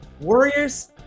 Warriors